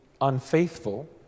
unfaithful